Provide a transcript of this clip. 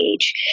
age